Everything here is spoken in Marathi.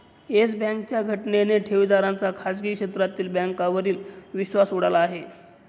येस बँकेच्या घटनेने ठेवीदारांचा खाजगी क्षेत्रातील बँकांवरील विश्वास उडाला आहे